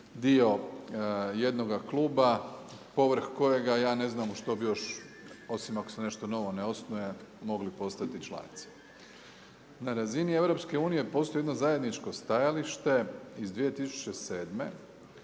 dio jednoga kluba povrh kojega ja ne znam u što bi još osim ako se još nešto novo ne osnuje mogli postati članica. Na razini EU postoji jedno zajedničko stajalište iz 2007.